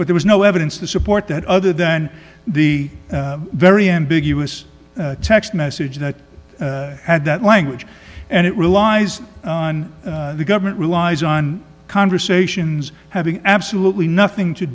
but there was no evidence to support that other than the very ambiguous text message that had that language and it relies on the government relies on conversations having absolutely nothing to